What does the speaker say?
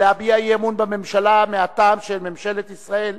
אינני מכריז על היום ועל השעה מהטעם הפשוט שכבר עשינו